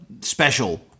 special